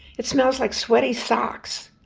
it smells like sweaty socks,